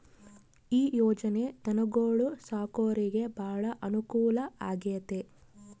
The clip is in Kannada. ಈ ಯೊಜನೆ ಧನುಗೊಳು ಸಾಕೊರಿಗೆ ಬಾಳ ಅನುಕೂಲ ಆಗ್ಯತೆ